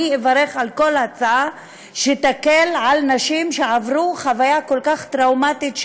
אני אברך על כל הצעה שתקל על נשים שעברו חוויה כל כך טראומטית,